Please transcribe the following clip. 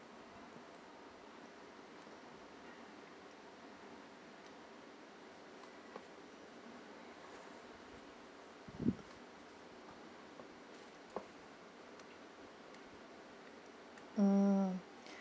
mm